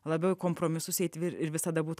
labiau į kompromisus eit vir ir visada būti